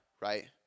right